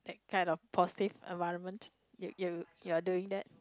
that kind of positive environment you you you are doing that